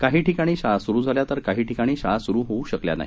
काही ठिकाणी शाळा सुरु झाल्या तर काही ठिकाणी शाळा सुरु होऊ शकल्या नाही